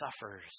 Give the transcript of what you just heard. suffers